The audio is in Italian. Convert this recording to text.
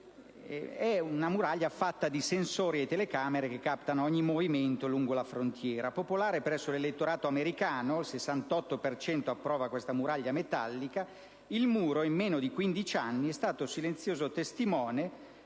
È «fatta di sensori e telecamere che captano ogni movimento lungo la frontiera. Popolare presso l'elettorato americano (il 68 per cento l'approva), il muro in meno di 15 anni è stato silenzioso testimone,